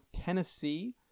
Tennessee